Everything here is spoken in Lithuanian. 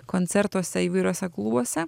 koncertuose įvairiuose klubuose